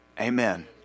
Amen